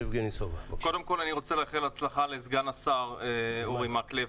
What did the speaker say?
קודם כל, אני רוצה לאחל הצלחה לסגן השר אורי מקלב.